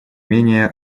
менее